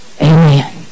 Amen